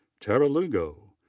tara lugo.